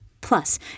Plus